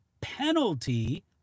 penalty